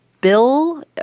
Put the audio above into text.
Bill